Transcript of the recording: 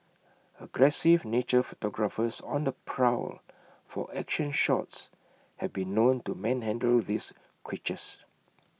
aggressive nature photographers on the prowl for action shots have been known to manhandle these creatures